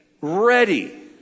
ready